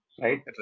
right